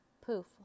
Poof